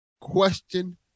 Question